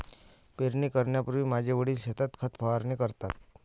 पेरणी करण्यापूर्वी माझे वडील शेतात खत फवारणी करतात